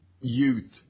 youth